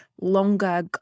longer